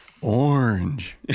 orange